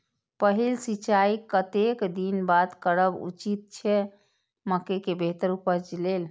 पहिल सिंचाई कतेक दिन बाद करब उचित छे मके के बेहतर उपज लेल?